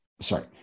sorry –